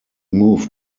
moved